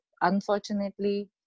unfortunately